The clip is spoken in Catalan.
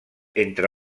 entre